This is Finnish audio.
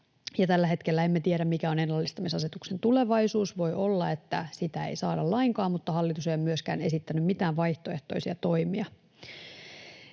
Tällä hetkellä emme tiedä, mikä on ennallistamisasetuksen tulevaisuus. Voi olla, että sitä ei saada lainkaan, mutta hallitus ei ole myöskään esittänyt mitään vaihtoehtoisia toimia.